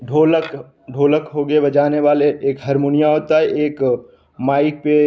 ढोलक ढोलक हो गए बजाने वाले एक हारमोनिया होता है एक माइक पे